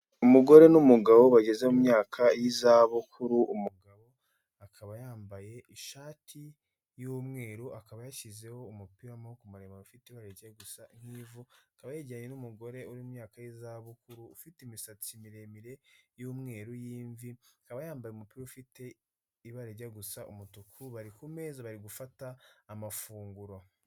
Umugore n'umugabo bageze mu myaka y'izabukuru, umugabo akaba yambaye ishati y'umweru, akaba yashyizeho umupira w'amaboko maremare, ufite ibara rijya gusa nk'ivu, akaba yegeranye n'umugore uri mu myaka y'izabukuru, ufite imisatsi miremire y'umweru y'imvi, akaba yambaye umupira ufite ibara rijya gusa umutuku, bari ku meza bari gufata amafunguro.